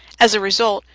as a result,